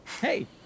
Hey